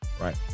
Right